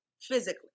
physically